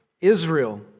Israel